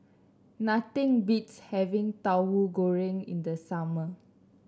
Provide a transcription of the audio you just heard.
nothing beats having Tauhu Goreng in the summer